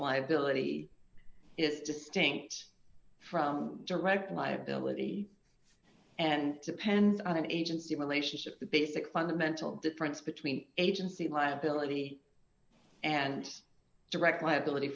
liability is distinct from direct liability and depend on an agency relationship the basic fundamental difference between agency liability and direct liability